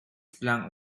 plank